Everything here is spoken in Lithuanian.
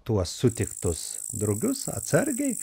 tuos sutiktus drugius atsargiai